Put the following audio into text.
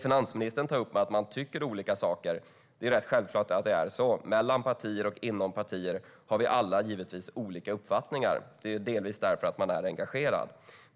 Finansministern tar upp att man tycker olika saker, och det är rätt självklart att det är så. Mellan partier och inom partier har vi alla givetvis olika uppfattningar. Det är delvis därför att man är engagerad.